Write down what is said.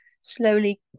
slowly